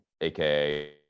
aka